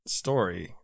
story